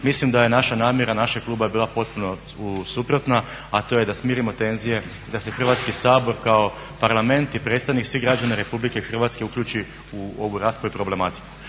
Mislim da je naša namjera našeg kluba je bila potpuno suprotna, a to je da smirimo tenzije i da se Hrvatski sabor kao Parlament i predstavnik svih građana Republike Hrvatske uključi u ovu raspravu i problematiku.